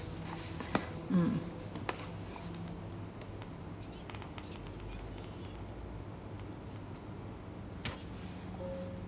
mm